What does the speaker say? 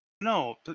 No